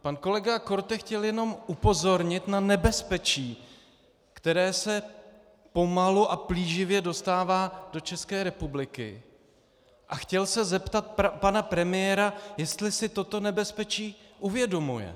Pan kolega Korte chtěl jenom upozornit na nebezpečí, které se pomalu a plíživě dostává do ČR, a chtěl se zeptat pana premiéra, jestli si toto nebezpečí uvědomuje.